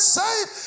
safe